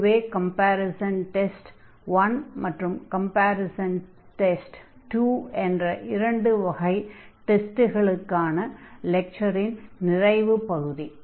இதுவே comparison test 1 மற்றும் comparison test 2 என்ற இரண்டு வகை டெஸ்டுகளுக்கான லெக்சரின் நிறைவுப் பகுதி